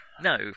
No